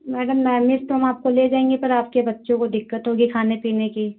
madam Naimish तो हम आपको ले जाएंगे पर आपके बच्चों को दिक्कत होगी खाने पीने की